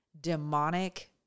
demonic